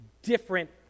Different